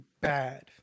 bad